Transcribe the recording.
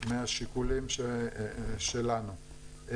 מהשיקולים שלנו.